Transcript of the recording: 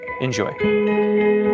Enjoy